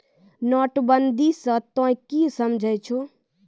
नोटबंदी स तों की समझै छौ